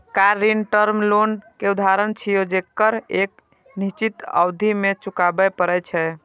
car ऋण term loan के उदाहरण छियै, जेकरा एक निश्चित अवधि मे चुकबै पड़ै छै